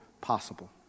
possible